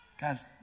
Guys